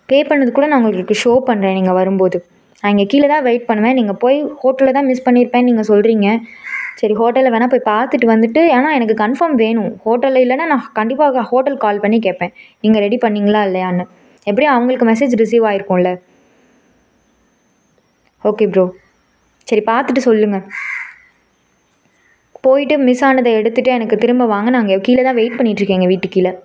பே பண்ணது கூட நான் உங்களுக்கு இப்போ ஷோ பண்ணுறேன் நீங்கள் வரும் போது நான் இங்கே கீழே தான் வெயிட் பண்ணுவேன் நீங்கள் போய் ஹோட்டலில் தான் மிஸ் பண்ணிருப்பேன்னு நீங்கள் சொல்கிறீங்க சரி ஹோட்டலில் வேணால் போய் பார்த்துட்டு வந்துட்டு ஆனால் எனக்கு கன்ஃபார்ம் வேணும் ஹோட்டலில் இல்லைன்னா நான் கண்டிப்பா ஹா ஹோட்டல்க்கு கால் பண்ணி கேட்பேன் நீங்கள் ரெடி பண்ணிங்களா இல்லையான்னு எப்படியும் அவங்களுக்கு மெஸேஜ் ரிசீவ் ஆகிருக்கும் இல்லை ஓகே ப்ரோ சரி பார்த்துட்டு சொல்லுங்கள் போயிட்டு மிஸ்ஸானதை எடுத்துட்டு எனக்கு திரும்ப வாங்க நான் இங்கே கீழே தான் வெயிட் பண்ணிட்டுருக்கேன் எங்கள் வீட்டுக்கு கீழே